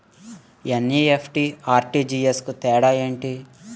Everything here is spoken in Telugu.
ఎన్.ఈ.ఎఫ్.టి, ఆర్.టి.జి.ఎస్ కు తేడా ఏంటి?